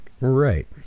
right